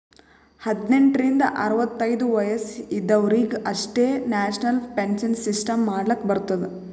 ಹದ್ನೆಂಟ್ ರಿಂದ ಅರವತ್ತೈದು ವಯಸ್ಸ ಇದವರಿಗ್ ಅಷ್ಟೇ ನ್ಯಾಷನಲ್ ಪೆನ್ಶನ್ ಸಿಸ್ಟಮ್ ಮಾಡ್ಲಾಕ್ ಬರ್ತುದ